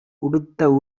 உடுத்த